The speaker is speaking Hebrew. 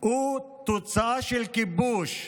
הוא תוצאה של כיבוש.